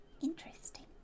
interesting